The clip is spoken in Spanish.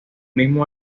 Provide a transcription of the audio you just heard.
mismo